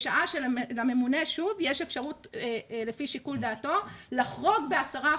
בשעה שלממונה יש אפשרות לפי שיקול דעתו לחרוג ב-10%.